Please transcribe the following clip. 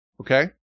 Okay